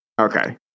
okay